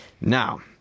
Now